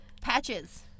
Patches